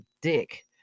dick